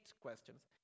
questions